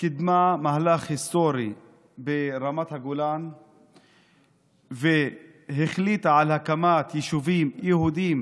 קידמה מהלך היסטורי ברמת הגולן והחליטה על הקמת יישובים יהודיים